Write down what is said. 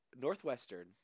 Northwestern